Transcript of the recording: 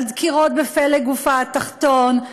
על דקירות בפלג גופה התחתון,